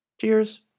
Cheers